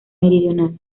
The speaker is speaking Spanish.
meridional